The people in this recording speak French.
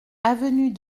avenue